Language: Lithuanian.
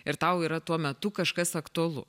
ir tau yra tuo metu kažkas aktualu